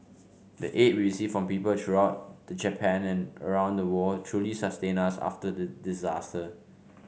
the aid we received from people throughout the Japan and around the world truly sustained us after the disaster